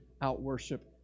Out-worship